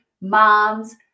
moms